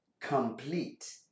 complete